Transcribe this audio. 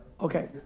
Okay